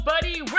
buddy